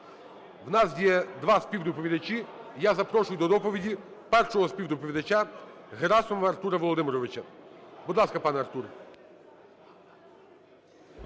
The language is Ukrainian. У нас є два співдоповідачі, і я запрошую до доповіді першого співдоповідача Герасимова Артура Володимировича. Будь ласка, пане Артур.